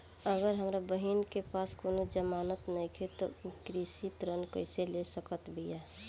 अगर हमार बहिन के पास कउनों जमानत नइखें त उ कृषि ऋण कइसे ले सकत बिया?